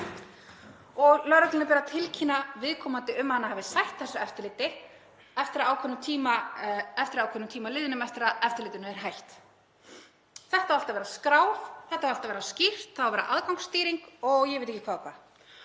Lögreglunni ber að tilkynna viðkomandi um að hann hafi sætt þessu eftirliti að ákveðnum tíma liðnum eftir að eftirlitinu er hætt. Þetta á allt að vera skráð, þetta á allt að vera skýrt, það á að vera aðgangsstýring og ég veit ekki hvað og hvað.